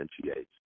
differentiates